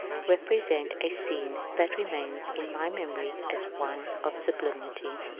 represent a scene that remains in my memory as one of sublimity.